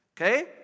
Okay